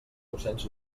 docents